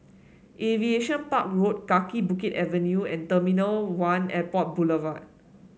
Aviation Park Road Kaki Bukit Avenue and one Airport Boulevard